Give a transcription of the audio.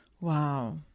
Wow